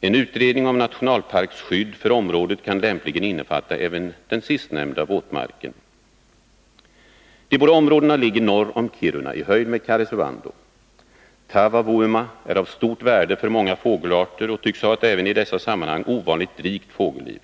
En utredning om nationalparksskydd för området kan lämpligen innefatta även den sistnämnda våtmarken. De båda områdena ligger norr om Kiruna i höjd med Karesuando. Taavavuoma är av stort värde för många fågelarter och tycks ha ett även i dessa sammanhang ovanligt rikt fågelliv.